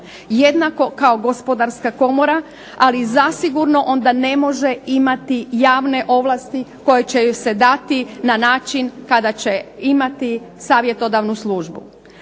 jednako kao Gospodarska komora, ali zasigurno onda ne može imati javne ovlasti koje će joj se dati na način kada će imati savjetodavnu službu.